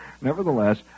nevertheless